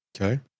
Okay